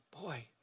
boy